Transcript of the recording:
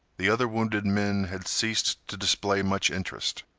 the other wounded men had ceased to display much interest.